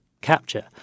capture